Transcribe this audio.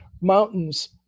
mountains